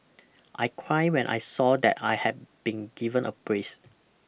I cried when I saw that I had been given a place